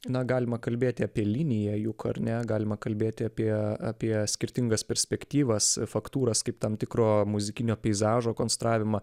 na galima kalbėti apie liniją juk ar ne galima kalbėti apie apie skirtingas perspektyvas faktūras kaip tam tikro muzikinio peizažo konstravimą